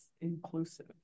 inclusive